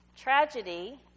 Tragedy